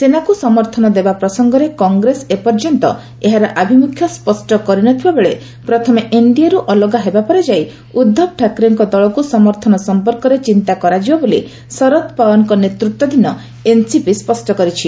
ସେନାକୁ ସମର୍ଥନ ଦେବା ପ୍ରସଙ୍ଗରେ କଂଗ୍ରେସ ଏପର୍ଯ୍ୟନ୍ତ ଏହା ଆଭିମୁଖ୍ୟ ସ୍ୱଷ୍ଟ କରିନଥିବା ବେଳେ ପ୍ରଥମେ ଏନ୍ଡିଏରୁ ଅଲଗା ହେବା ପରେଯାଇ ଉଦ୍ଧବ ଠାକରେଙ୍କ ଦଳକୁ ସମର୍ଥନ ସଂପର୍କରେ ଚିନ୍ତା କରାଯିବ ବୋଲି ଶରଦ ପାଓ୍ୱାରଙ୍କ ନେତୃତ୍ୱାଧୀନ ଏନ୍ସିପି ସ୍ୱଷ୍ଟ କରିଛି